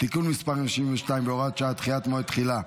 (תיקון מס' 22 והוראת שעה) (דחיית מועד תחילה),